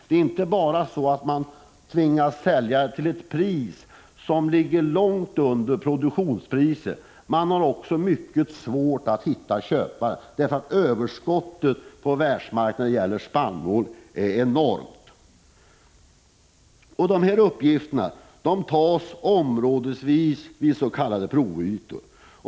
Det är inte bara så att man tvingas sälja till ett pris som ligger långt under produktionspriset, man har också mycket svårt att hitta köpare, därför att överskottet på världsmarknaden när det gäller spannmål är enormt. Dessa uppgifter tas fram områdesvis genom s.k. provytor.